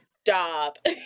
Stop